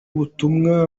butumwa